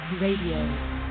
Radio